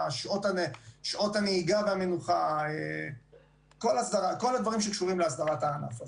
שעות נהיגה ומנוחה כל הדברים שקשורים להסדרת הענף הזה.